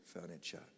furniture